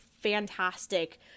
fantastic